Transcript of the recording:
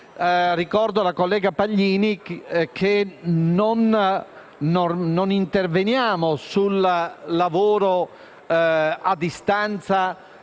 Ricordo alla collega Paglini che non interveniamo sul lavoro a distanza,